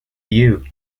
you